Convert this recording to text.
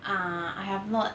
ah I have not